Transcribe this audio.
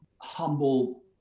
humble